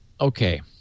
okay